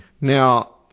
now